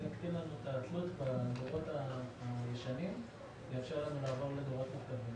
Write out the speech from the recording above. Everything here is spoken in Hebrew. זה יקטין לנו את התלות בדורות הישנים ויאפשר לנו לעבור לדורות אחרים.